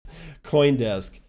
Coindesk